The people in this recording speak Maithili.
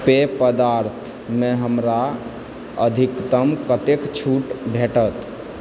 पेय पदार्थमे हमरा अधिकतम कतेक छूट भेटत